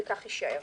וכך יישאר.